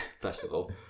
festival